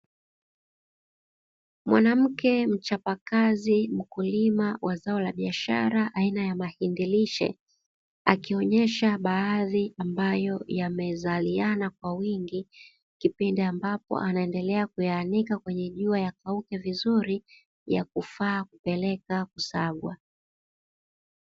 Mwanamke mchapakazi, mkulima wa zao la biashara aina ya mahindi lishe, akionyesha baadhi ambayo yamezaliana kwa wingi, kipindi ambapo anaendelea kuyaanika kwenye jua yakauke vizuri ya kufaa kupeleka kusagwa.